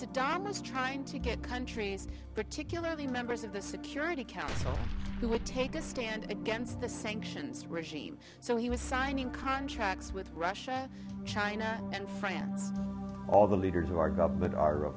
saddam was trying to get countries particularly members of the security council who would take a stand against the sanctions regime so he was signing contracts with russia china and france all the leaders of our government